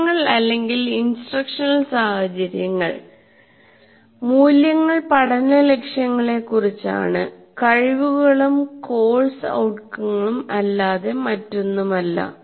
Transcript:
മൂല്യങ്ങൾ അല്ലെങ്കിൽ ഇൻസ്ട്രക്ഷണൽ സാഹചര്യങ്ങൾ മൂല്യങ്ങൾ പഠന ലക്ഷ്യങ്ങളെക്കുറിച്ചാണ് കഴിവുകളും CO സിഒകളും അല്ലാതെ മറ്റൊന്നുമല്ല